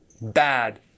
Bad